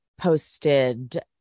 posted